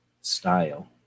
style